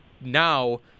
now